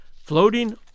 floating